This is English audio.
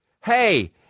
Hey